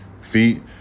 feet